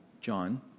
John